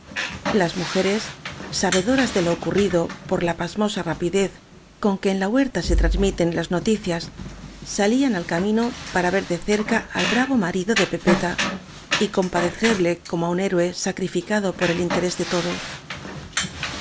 las mujeres sabedoras de lo ocurrido por la pasmosa rapidez con que en la huerta se trans miten las noticias salían al camino para ver de v blasco ibáñez cerca al bravo marido de pepeta y compade cerle como á un héroe sacrificado por el inte rés de todos